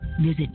Visit